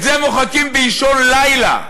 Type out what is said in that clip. את זה מוחקים באישון לילה.